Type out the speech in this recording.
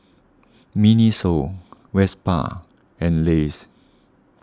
Miniso Vespa and Lays